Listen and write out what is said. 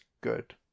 good